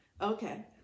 Okay